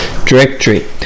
directory